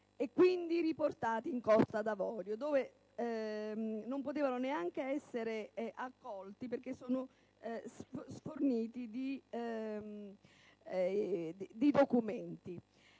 e quindi riportati in Costa d'Avorio, dove non potevano neanche essere accolti perché sprovvisti di documenti.